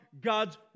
God's